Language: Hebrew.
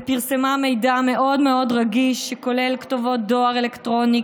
ופרסמה מידע מאוד רגיש שכולל תיבות דואר אלקטרוני,